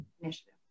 initiative